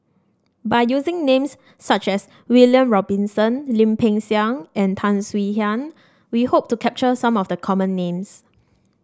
by using names such as William Robinson Lim Peng Siang and Tan Swie Hian we hope to capture some of the common names